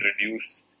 reduce